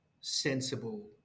sensible